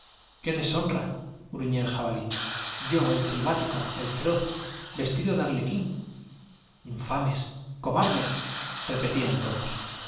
qué deshonra gruíiía el jabalí i yo i selvático el feroz vestido de arlequín j ifames i obardes repetían todos